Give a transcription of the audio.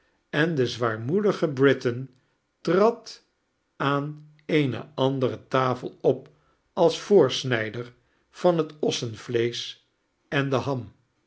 en de zwaarmoedige britain trad aan eene andere tafel op als voorsnrjder van het ossenvleesoh en de ham